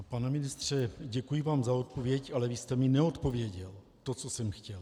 Pane ministře, děkuji vám za odpověď, ale vy jste mi neodpověděl na to, co jsem chtěl vědět.